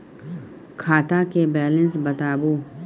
खाता के बैलेंस बताबू?